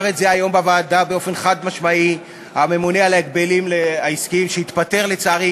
אמרת לפני דקה שאף חברה אם נשנה את הרגולציה וניקח לתשובה או ל"נובל